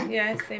yes